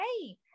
Hey